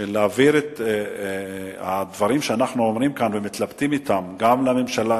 שתעביר את הדברים שאנחנו אומרים כאן ומתלבטים בהם גם לממשלה,